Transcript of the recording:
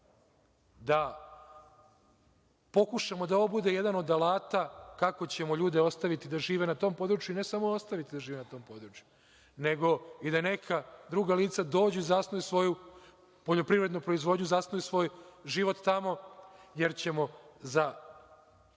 da pokušamo da ovo bude jedan od alata kako ćemo ljude ostaviti da žive na tom području. I ne samo ostaviti da žive na tom području, nego i da neka druga lica dođu i zasnuju svoju poljoprivrednu proizvodnju, zasnuju svoj život tamo, jer ćemo za